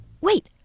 Wait